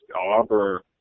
Arbor